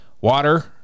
water